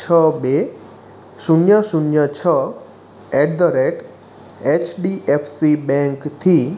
છ બે શૂન્ય શૂન્ય છ at the rate H D F C બેંકથી